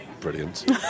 brilliant